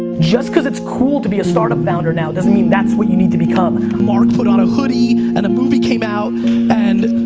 just cause it's cool to be a start up founder now, doesn't mean that's what you need to become. mark put on a hoody and a movie came out and,